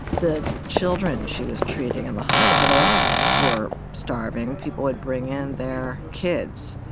the children she was treating in the hospital were starving. people would bring in their kids,